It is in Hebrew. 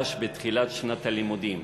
תחודש בתחילת שנת הלימודים.